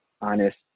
Honest